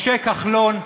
משה כחלון,